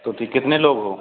तो ठीक कितने लोग हो